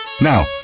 Now